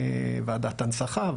ועדת הנצחה,